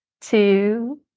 two